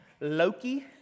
Loki